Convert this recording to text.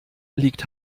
liegt